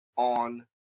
On